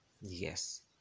yes